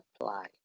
apply